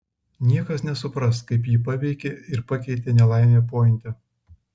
niekas nesupras kaip jį paveikė ir pakeitė nelaimė pointe